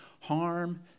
harm